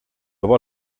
dopo